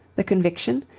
the conviction,